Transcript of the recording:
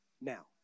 now